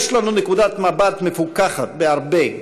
יש לנו נקודת מבט מפוכחת בהרבה,